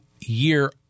year